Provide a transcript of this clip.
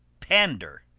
pander,